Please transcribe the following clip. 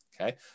Okay